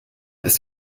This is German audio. ist